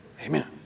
Amen